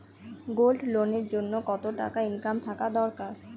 Gold loan এর জইন্যে কতো টাকা ইনকাম থাকা দরকার?